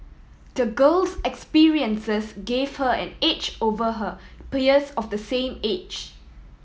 the girl's experiences gave her an edge over her peers of the same age